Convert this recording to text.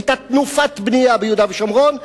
היתה תנופת בנייה ביהודה ושומרון,